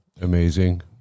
amazing